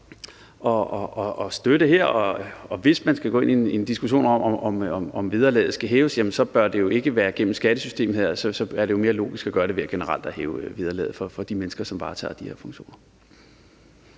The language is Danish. og støtte her, og hvis man skal gå ind i en diskussion, om vederlaget skal hæves, så bør det jo ikke være gennem skattesystemet. Så er det jo mere logisk at gøre det ved generelt at hæve vederlaget for de mennesker, som varetager de her funktioner.